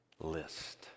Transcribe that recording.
list